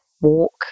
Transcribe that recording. walk